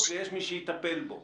שלא ייאמר פה שאנחנו מדברים לא מדויק.